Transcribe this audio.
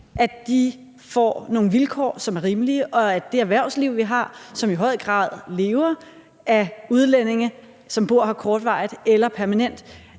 tid, får nogle vilkår, som er rimelige, og at det for det erhvervsliv, vi har, som i høj grad lever af udlændinge, som bor her kortvarigt eller permanent,